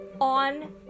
on